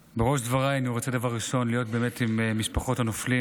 2024. הנושא הראשון על סדר-היום הוא הצעות חוק פרטיות בדיון מוקדם.